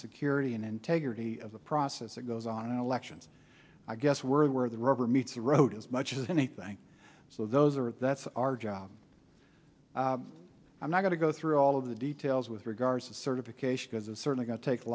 security and integrity of the process that goes on in elections i guess word where the rubber meets the road as much as anything so those are that's our job i'm not going to go through all of the details with regards to certification because it's certainly going to take a